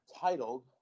titled